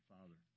Father